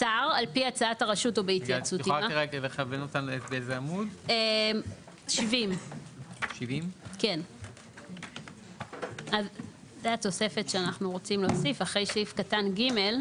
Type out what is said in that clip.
70. אז זו התוספת שאנחנו רוצים להוסיף אחרי סעיף קטן (ג),